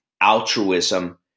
altruism